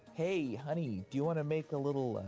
hey, honey, do you wanna make a little, ah,